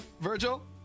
Virgil